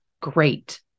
great